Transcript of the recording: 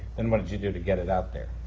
then what did you do to get it out there?